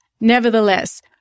Nevertheless